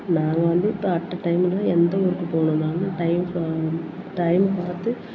நாங்கள் வந்து இப்போ அட் அ டைமில் எந்த ஊருக்கு போகணுன்னாலும் டைம் ச டைம் பார்த்து